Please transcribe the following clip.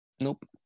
Nope